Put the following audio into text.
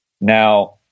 now